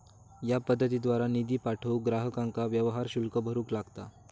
या पद्धतीद्वारा निधी पाठवूक ग्राहकांका व्यवहार शुल्क भरूक लागता